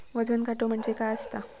वजन काटो म्हणजे काय असता?